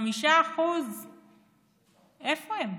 5%. איפה הם?